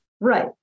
Right